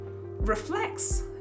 reflects